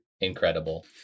Incredible